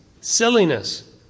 silliness